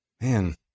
man